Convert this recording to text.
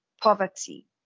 poverty